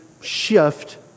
shift